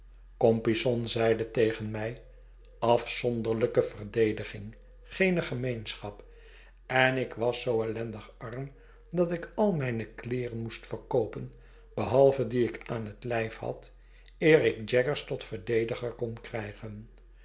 compeyson zeide tegen mij afzonderlijke verdediging geene gemeenschap en ik was zoo ellendig arm dat ik al mijne kleeren moest verkoopen behalve die ik aan het lijf had eer ik jaggers tot verdediger kon krijgen